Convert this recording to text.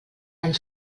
ens